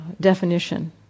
definition